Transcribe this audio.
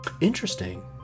Interesting